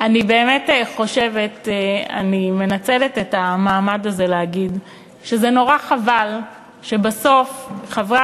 אני מנצלת את המעמד הזה להגיד שזה נורא חבל שבסוף חברי